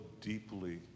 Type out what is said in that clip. deeply